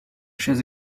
chaise